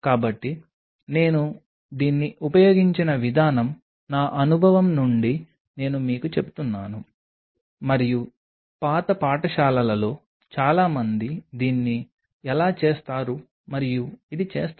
కాబట్టి నేను దీన్ని ఉపయోగించిన విధానం నా అనుభవం నుండి నేను మీకు చెబుతున్నాను మరియు పాత పాఠశాలలో చాలా మంది దీన్ని ఎలా చేస్తారు మరియు ఇది చేస్తారు